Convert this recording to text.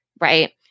right